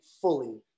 fully